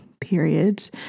period